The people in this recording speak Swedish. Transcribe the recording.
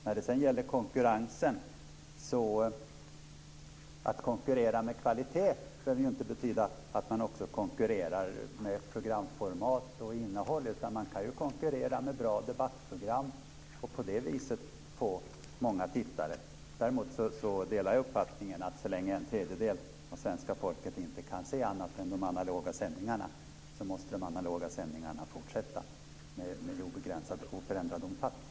När det gäller konkurrensen behöver ju inte konkurrens med kvalitet betyda att man också konkurrerar med programformat och innehåll, utan man kan ju konkurrera med bra debattprogram och på det viset få många tittare. Däremot delar jag uppfattningen att så länge en tredjedel av svenska folket inte kan se andra än de analoga sändningarna måste de analoga sändningarna fortsätta i oförändrad omfattning.